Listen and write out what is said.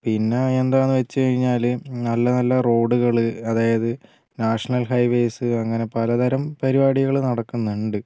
പിന്നെ എന്താണെന്നു വച്ചു കഴിഞ്ഞാൽ നല്ല നല്ല റോഡുകൾ അതായത് നാഷണൽ ഹൈവേയ്സ് അങ്ങനെ പലതരം പരുപാടികൾ നടക്കുന്നുണ്ട്